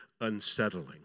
unsettling